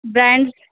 brand